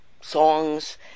songs